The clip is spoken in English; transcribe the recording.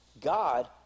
God